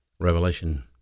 Revelation